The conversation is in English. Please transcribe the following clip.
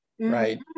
right